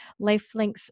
LifeLinks